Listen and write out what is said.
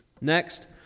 Next